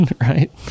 right